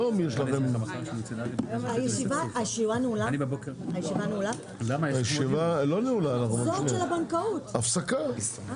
הישיבה ננעלה בשעה 13:10.